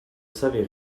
savait